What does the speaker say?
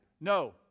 No